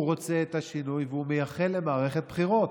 הוא רוצה את השינוי והוא מייחל למערכת בחירות.